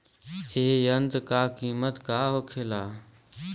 ए यंत्र का कीमत का होखेला?